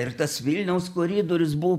ir tas vilniaus koridorius buvo